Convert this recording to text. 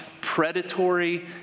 predatory